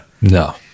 no